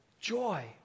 joy